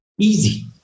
Easy